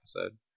episode